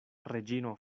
reĝino